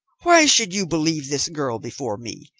why should you believe this girl before me?